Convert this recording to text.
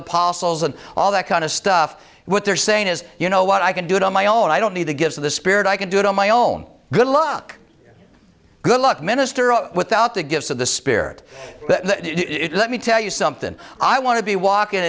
apostles and all that kind of stuff what they're saying is you know what i can do it on my own i don't need to give the spirit i can do it on my own good luck good luck minister without the gifts of the spirit but let me tell you something i want to be walk in